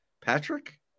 Patrick